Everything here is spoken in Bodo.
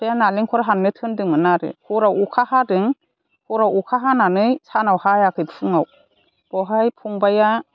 बिफाया नालेंखर हाननो थिन्दोंमोन आरो हराव अखा हादों हराव अखा हानानै सानाव हायाखै फुङाव बेवहाय फंबाइया